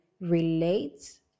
relate